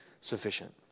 sufficient